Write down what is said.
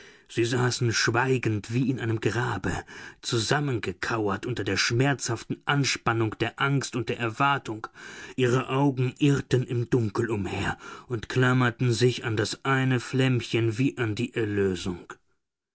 sie saßen schweigend wie in einem grabe zusammengekauert unter der schmerzhaften anspannung der angst und der erwartung ihre augen irrten im dunkel umher und klammerten sich an das eine flämmchen wie an die erlösung